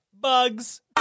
bugs